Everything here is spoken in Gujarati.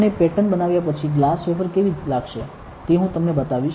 અને પેટર્ન બનાવ્યા પછી ગ્લાસ વેફર કેવી લાગશે તે હું તમને બતાવીશ